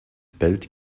bellt